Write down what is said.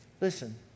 Listen